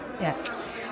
Yes